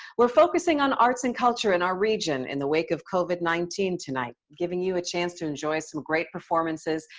we're focusing on arts and culture in our region, in the wake of covid nineteen tonight. giving you a chance to enjoy some great performances,